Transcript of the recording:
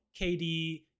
KD